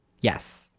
Yes